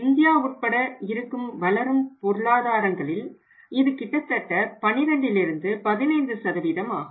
India உட்பட இருக்கும் வளரும் பொருளாதாரங்களில் இது கிட்டத்தட்ட 12லிருந்து 15 ஆகும்